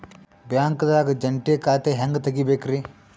ಬ್ಯಾಂಕ್ದಾಗ ಜಂಟಿ ಖಾತೆ ಹೆಂಗ್ ತಗಿಬೇಕ್ರಿ?